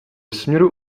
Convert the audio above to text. směru